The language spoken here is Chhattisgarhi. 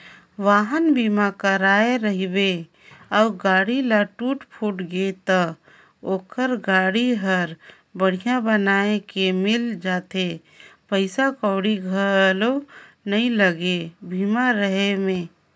वाहन बीमा कराए रहिबे अउ गाड़ी ल टूट फूट गे त ओखर गाड़ी हर बड़िहा बनाये के मिल जाथे पइसा कउड़ी घलो नइ लागे बीमा रहें में